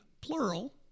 plural